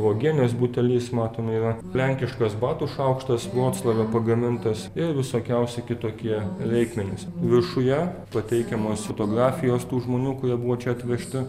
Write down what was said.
uogienės butelis matome yra lenkiškas batų šaukštas vroclave pagamintas ir visokiausi kitokie reikmenys viršuje pateikiamos fotografijos tų žmonių kurie buvo čia atvežti